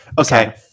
Okay